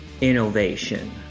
innovation